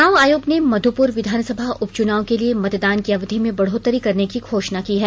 चुनाव आयोग ने मध्यपुर विधानसभा उपचुनाव के लिये मतदान की अवधि में बढ़ोतरी करने की घोषणा की है